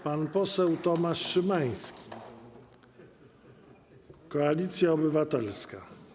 Pan poseł Tomasz Szymański, Koalicja Obywatelska.